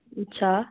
اچھا